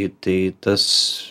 į tai tas